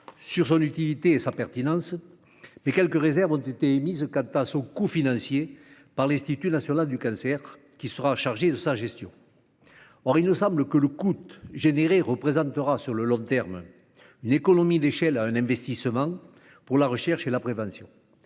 sur son utilité et sa pertinence, mais quelques réserves ont été émises quant à son coût financier par l'Institut national du cancer, qui sera chargé de sa gestion. Or il nous semble que le coût généré représentera, sur le long terme, une économie d'échelle et un investissement pour la recherche et la prévention.